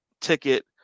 ticket